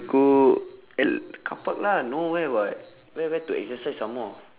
go at carpark lah nowhere [what] where where to exercise some more